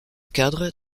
cadre